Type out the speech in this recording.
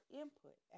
input